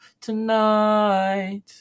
tonight